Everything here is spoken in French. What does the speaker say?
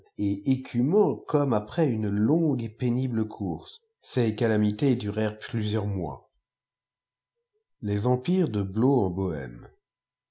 et écumants comme après une lippgtw qt ftblaooufse ces calamités durèrent plusieurs mois us vampires de bîow en bohême